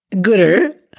Gooder